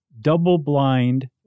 double-blind